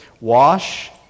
Wash